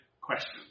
questions